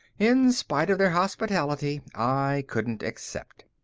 in spite of their hospitality, i couldn't accept.